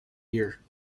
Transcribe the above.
year